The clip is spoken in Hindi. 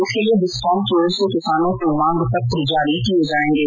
इसके लिए डिस्कॉम की ओर से किसानों को मांग पत्र जारी किये जाएंगे